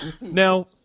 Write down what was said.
Now